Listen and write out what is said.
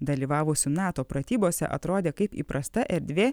dalyvavusių nato pratybose atrodė kaip įprasta erdvė